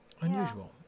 unusual